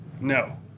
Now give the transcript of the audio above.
No